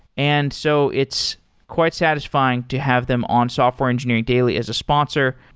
and so it's quite satisfying to have them on software engineering daily as a sponsor.